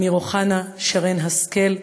אמיר אוחנה, שרן השכל,